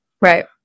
Right